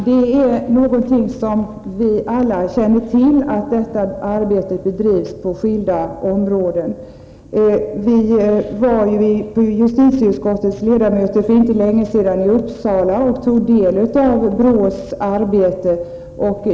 Herr talman! Att detta arbete bedrivs på skilda områden är någonting som vi alla känner till. Justitieutskottets ledamöter var för inte länge sedan i Uppsala och tog del av BRÅ:s arbete.